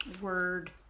Word